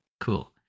cool